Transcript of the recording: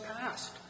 past